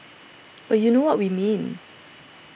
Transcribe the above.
but you know what we mean